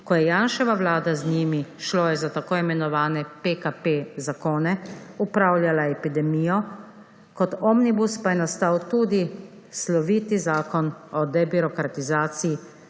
ko je Janševa vlada z njimi, šlo je za tako imenovane PKP zakone, upravljala epidemijo, kot omnibus pa je nastal tudi sloviti Zakon o debirokratizaciji,